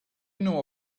know